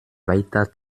weiter